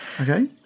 Okay